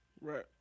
Right